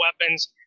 weapons